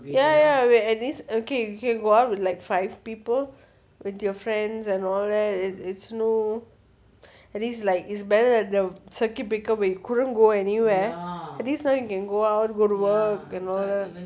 ya ya at least can go out like five people with your friends and all that it's no at least better than circuit breaker we couldn't go anywhere at least now you can go out go to work and all that